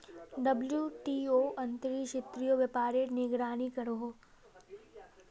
WTO अंतर्राश्त्रिये व्यापारेर निगरानी करोहो